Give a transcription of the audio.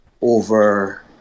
over